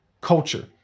culture